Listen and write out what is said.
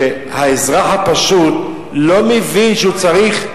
שהאזרח הפשוט לא מבין שהוא צריך,